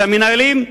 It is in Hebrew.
את המנהלים,